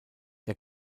der